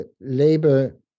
labor